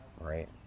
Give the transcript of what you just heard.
right